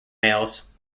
males